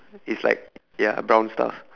it's like ya brown stuff